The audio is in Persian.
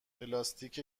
پلاستیک